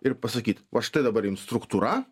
ir pasakyt va štai dabar jums struktūra